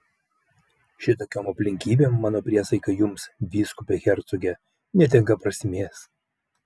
šitokiom aplinkybėm mano priesaika jums vyskupe hercoge netenka prasmės